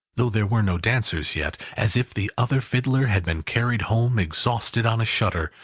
though there were no dancers yet, as if the other fiddler had been carried home, exhausted, on a shutter,